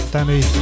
Danny